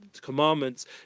Commandments